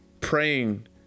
praying